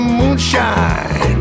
moonshine